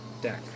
deck